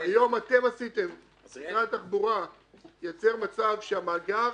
משרד התחבורה יצר מצב שמאגר